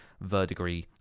verdigris